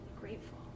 grateful